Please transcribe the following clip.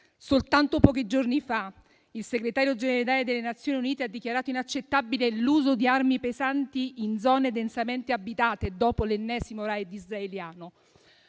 Soltanto pochi giorni fa, il Segretario generale delle Nazioni Unite ha dichiarato inaccettabile l'uso di armi pesanti in zone densamente abitate, dopo l'ennesimo *raid* israeliano.